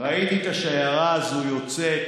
ראיתי את השיירה הזאת יוצאת